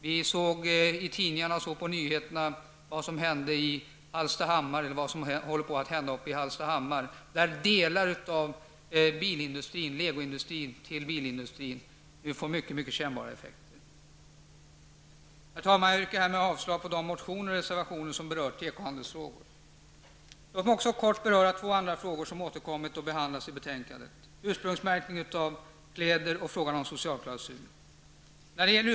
Vi såg i tidningarna och på nyheterna vad som håller på att hända i Hallstahammar. Legoindustrin under bilindustrin drabbas av mycket kännbara effekter. Herr talman! Jag yrkar härmed avslag på de motioner och reservationer som berör tekohandelsfrågor. Låt mig också kort beröra två andra frågor som återkommit och behandlas i betänkandet. Det gäller ursprungsmärkning av kläder och frågan om socialklausul.